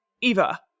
Eva